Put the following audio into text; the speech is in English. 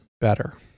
better